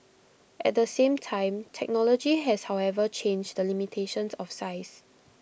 at the same time technology has however changed the limitations of size